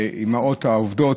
לאימהות העובדות.